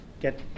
get